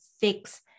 fix